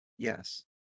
Yes